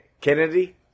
Kennedy